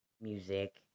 music